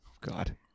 God